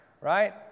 Right